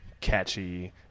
catchy